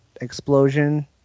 explosion